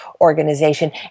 organization